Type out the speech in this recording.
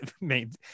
made